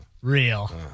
Real